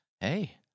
hey